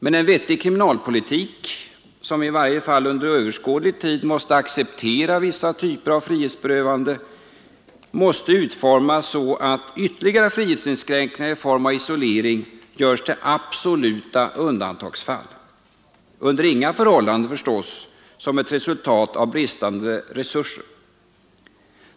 Men en vettig kriminalpolitik, som i varje fall under överskådlig tid måste acceptera vissa typer av frihetsberövande, måste utformas så att ytterligare frihetsinskränkningar i form av isolering görs till absoluta undantagsfall — under inga förhållanden, förstås, som ett resultat av bristande resurser.